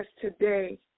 today